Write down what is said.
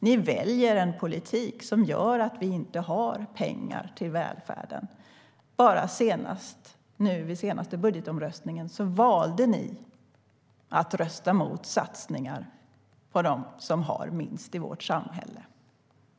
Ni väljer en politik som gör att vi inte har pengar till välfärden. Vid den senaste budgetomröstningen valde ni att rösta mot satsningar på dem som har minst i vårt samhälle.